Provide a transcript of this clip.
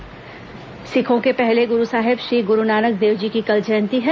गुरूनानक जयंती सिखों के पहले गुरू साहेब श्री गुरूनानक देवजी की कल जयंती है